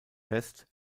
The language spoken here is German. fest